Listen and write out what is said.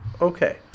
okay